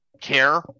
care